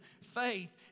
Faith